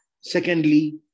Secondly